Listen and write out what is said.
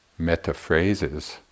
metaphrases